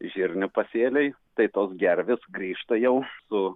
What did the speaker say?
žirnių pasėliai tai tos gervės grįžta jau su